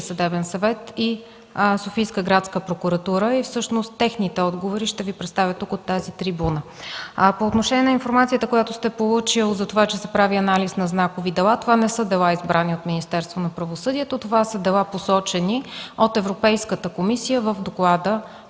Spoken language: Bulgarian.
съдебен съвет и Софийска градска прокуратура. Всъщност техните отговори ще Ви представя тук, от тази трибуна. По отношение на информацията, която сте получил за това, че се прави анализ на знакови дела, това не са дела, избрани от Министерството на правосъдието, това са дела, посочени от Европейската комисия в доклада